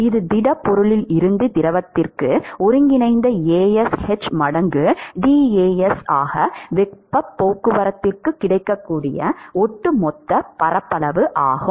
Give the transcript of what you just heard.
இது திடப்பொருளில் இருந்து திரவத்திற்கு ஒருங்கிணைந்த As h மடங்கு dAs ஆக வெப்பப் போக்குவரத்துக்கு கிடைக்கக்கூடிய ஒட்டுமொத்த பரப்பளவு ஆகும்